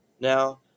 now